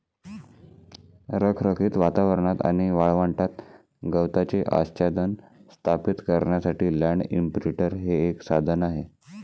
रखरखीत वातावरणात आणि वाळवंटात गवताचे आच्छादन स्थापित करण्यासाठी लँड इंप्रिंटर हे एक साधन आहे